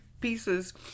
pieces